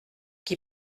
qui